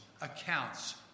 accounts